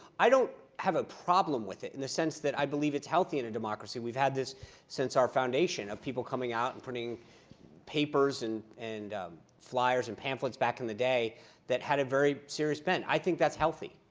i don't have a problem with it, in the sense that i believe it's healthy in a democracy. we've had this since our foundation, of people coming out and printing papers and and flyers and pamphlets back in the day that had a very serious bent. i think that's healthy.